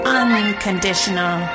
unconditional